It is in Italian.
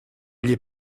gli